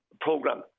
program